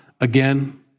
again